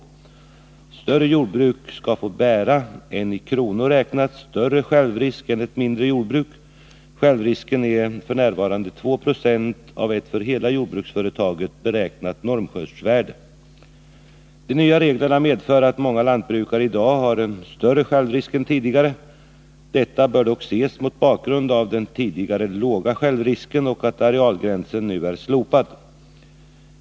Ett större jordbruk skall få bära en, i kronor räknat, större självrisk än ett mindre jordbruk. Självrisken är f. n. 2 90 av ett för hela jordbruksföretaget beräknat normskördevärde. De nya reglerna medför att många lantbrukare i dag har en större självrisk än tidigare. Detta bör dock ses mot bakgrund av den tidigare låga självrisken och att arealgränsen nu är slopad.